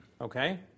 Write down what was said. Okay